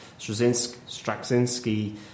Straczynski